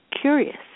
Curious